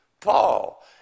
Paul